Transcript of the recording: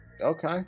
Okay